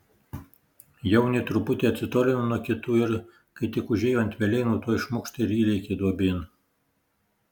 jaunė truputį atsitolino nuo kitų ir kai tik užėjo ant velėnų tuoj šmukšt ir įlėkė duobėn